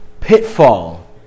pitfall